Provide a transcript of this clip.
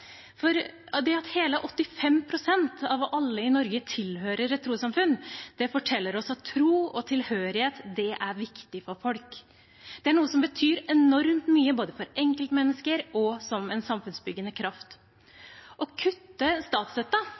At hele 85 pst. av alle i Norge tilhører et trossamfunn, forteller oss at tro og tilhørighet er viktig for folk. Det er noe som betyr enormt mye både for enkeltmennesker og som en samfunnsbyggende kraft.